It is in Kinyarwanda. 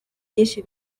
byinshi